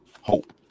hope